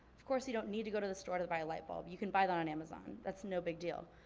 of course you don't need to go to the store to buy a light bulb, you can buy that on amazon, that's no big deal.